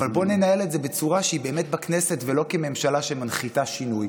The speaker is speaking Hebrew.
אבל בוא ננהל את זה בצורה שהיא באמת בכנסת ולא כממשלה שמנחיתה שינוי,